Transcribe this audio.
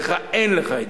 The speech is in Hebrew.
לך אין את זה,